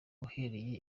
uhereye